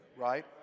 right